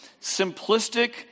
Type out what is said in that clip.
Simplistic